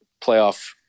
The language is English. playoff